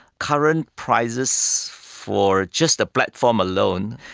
current prices for just the platform alone,